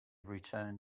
return